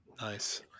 nice